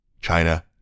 China